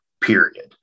period